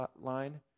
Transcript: line